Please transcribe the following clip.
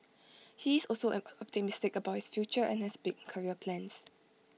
he is also optimistic about his future and has big career plans